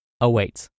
awaits